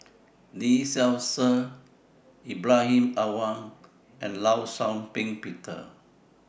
Lee Seow Ser Ibrahim Awang and law Shau Ping Peter